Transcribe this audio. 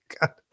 God